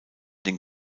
den